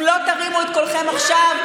אם לא תרימו את קולכם עכשיו,